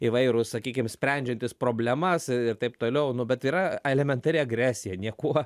įvairūs sakykim sprendžiantys problemas ir taip toliau nu bet yra elementari agresija niekuo